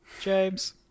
James